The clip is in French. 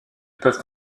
peuvent